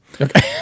Okay